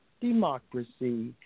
democracy